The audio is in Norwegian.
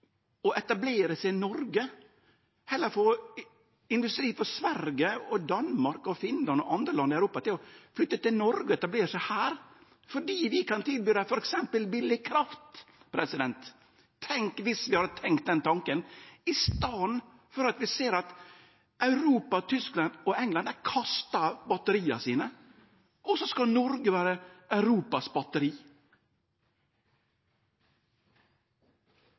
å etablere seg i Noreg og heller få industri frå Sverige, Danmark, Finland og andre land i Europa til å flytte hit og etablere seg her, fordi vi kan tilby dei f.eks. billig kraft? Tenk om vi hadde tenkt den tanken! I staden ser vi at Europa, med land som Tyskland og England, kastar batteria sine – og så skal Noreg vere